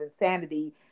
insanity